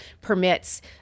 permits